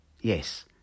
Yes